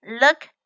Look